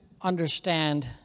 understand